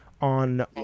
On